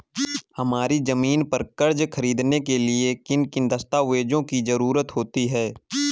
हमारी ज़मीन पर कर्ज ख़रीदने के लिए किन किन दस्तावेजों की जरूरत होती है?